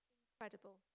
incredible